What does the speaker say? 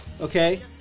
okay